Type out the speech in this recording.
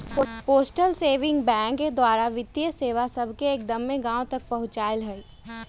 postal saving bank द्वारा वित्तीय सेवा सभके एक्दम्मे गाँव तक पहुंचायल हइ